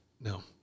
No